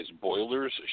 boilers